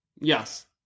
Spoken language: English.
Yes